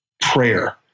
prayer